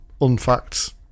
unfacts